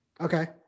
Okay